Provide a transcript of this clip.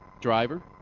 driver